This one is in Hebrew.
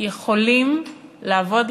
יכולים לעבוד,